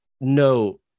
No